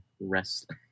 rest